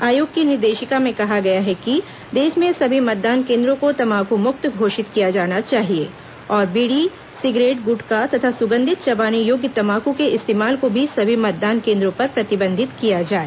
आयोग की निर्देशिका में कहा गया है कि देश में सभी मतदान केन्द्रों को तम्बाकू मुक्त घोषित किया जाना चाहिए और बीड़ी सिगरेट गुटखा तथा सुगंधित चबाने योग्य तम्बाकू के इस्तेमाल को भी सभी मतदान केन्द्रों पर प्रतिबंधित किया जाए